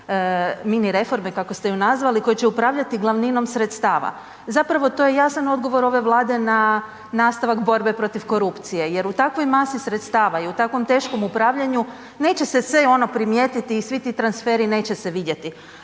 mini reforme kako ste ju nazvali koje će upravljati glavninom sredstava. Zapravo to je jasan odgovor ove Vlade na nastavak borbe protiv korupcije jer u takvoj masi sredstava i u takvom teškom upravljanju, neće se sve ono primijetiti i svi ti transferi neće se vidjeti